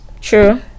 true